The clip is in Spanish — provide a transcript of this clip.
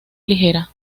ligera